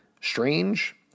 Strange